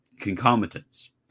concomitants